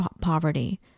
poverty